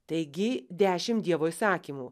taigi dešim dievo įsakymų